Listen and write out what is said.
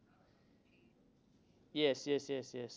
yes yes yes yes